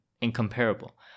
incomparable